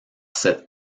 cette